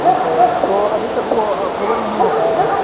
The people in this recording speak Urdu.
جی سر تو ابھی تک وہ اپرول نہیں ہو پایا ہے